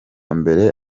mbere